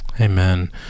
Amen